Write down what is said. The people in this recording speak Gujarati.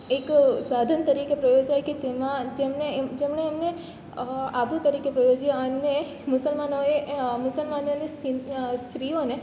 એક સાધન તરીકે પ્રયોજાય કે તેમાં જેમણે એમને આબરૂ તરીકે પ્રયોજી અને મુસલમાનોએ મુસલમાનોની સ્ત્રીઓને